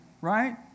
right